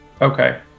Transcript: Okay